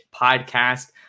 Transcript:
podcast